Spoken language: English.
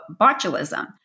botulism